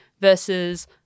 versus